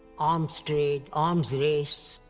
arms trade, arms race,